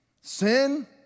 Sin